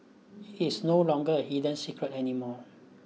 it's no longer a hidden secret anymore